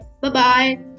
bye-bye